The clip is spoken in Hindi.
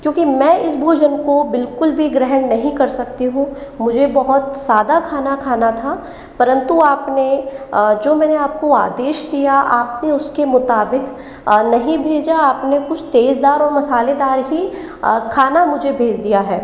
क्योंकि मैं इस भोजन को बिलकुल भी ग्रहण नहीं कर सकती हूँ मुझे बहुत सादा खाना खाना था परंतु आपने जो मैंने आपको आदेश दिया आपने उसके मुताबिक नहीं भेजा आपने कुछ तेज़दार और मसालेदार ही खाना मुझे भेज दिया है